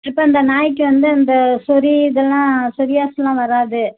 இப்போ அந்த நாயிக்கு வந்து அந்த சொரி இதெல்லாம் சொரியாசிஸ்லாம் வராது